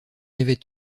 avait